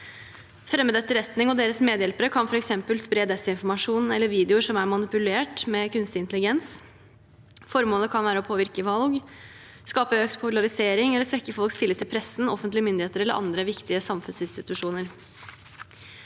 Fremmed etterretning og deres medhjelpere kan f.eks. spre desinformasjon eller videoer som er manipulert med kunstig intelligens. Formålet kan være å påvirke valg, skape økt polarisering eller svekke folks tillit til pressen, offentlige myndigheter eller andre viktige samfunnsinstitusjoner.